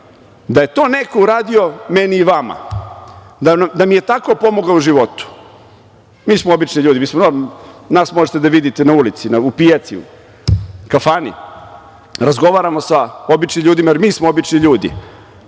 je to neko uradio meni i vama, da mi je tako pomogao u životu, mi smo obični ljudi, nas možete da vidite na ulici, na pijaci, kafani, razgovaramo sa običnim ljudima jer mi smo obični ljudi. Mi